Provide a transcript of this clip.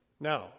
Now